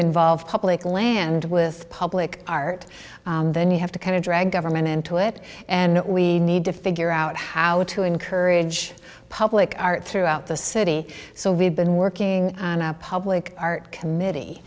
involve public land with public art then you have to kind of drag government into it and we need to figure out how to encourage public art throughout the city so we've been working on a public art